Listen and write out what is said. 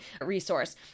resource